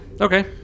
Okay